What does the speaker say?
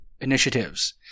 initiatives